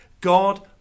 God